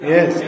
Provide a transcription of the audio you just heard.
Yes